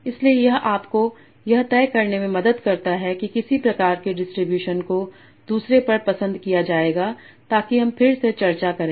इसलिए यह आपको यह तय करने में मदद करता है कि किस प्रकार के डिस्ट्रीब्यूशन को दूसरे पर पसंद किया जाएगा ताकि हम फिर से चर्चा करें